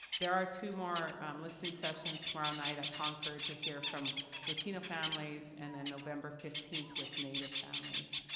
there are two more um listening sessions tomorrow night at concord to hear from latino families. and then november fifteenth with native families.